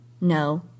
No